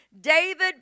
david